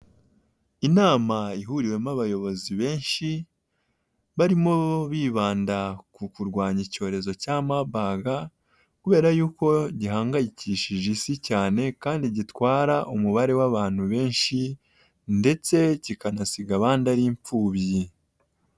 Inama ihuriwemo abayobozi benshi barimo bibanda ku kurwanya icyorezo cya mabaga, kubera yuko gihangayikishije isi cyane kandi gitwara umubare w'abantu benshi ndetse kikanasiga abandi ari imfubyi.